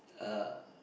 uh